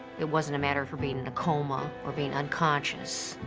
it wasn't a matter of her being in a coma or being unconscious,